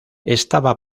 estaba